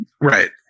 right